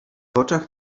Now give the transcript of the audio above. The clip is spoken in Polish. oczach